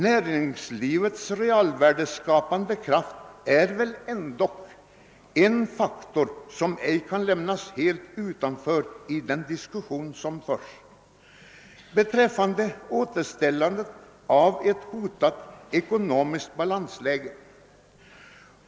Näringslivets realvärdeskapande kraft är väl ändock en faktor som inte kan lämnas helt utanför i den diskussion som förs beträffande återställandet av ett hotat ekonomiskt balansläge.